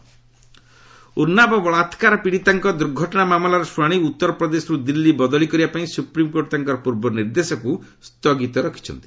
SC Unnao case Unnao ବଳାକ୍କାର ପୀଡ଼ିତାଙ୍କ ଦୂର୍ଘଟଣା ମାମଲାର ଶ୍ରଣାଣି ଉତ୍ତର ପ୍ରଦେଶର୍ ଦିଲ୍ଲୀ ବଦଳି କରିବାପାଇଁ ସୁପ୍ରିମ୍କୋର୍ଟ ତାଙ୍କର ପୂର୍ବ ନିର୍ଦ୍ଦେଶକୁ ସ୍ଥଗିତ ରଖିଛନ୍ତି